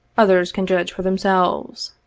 others can judge for themselves.